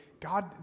God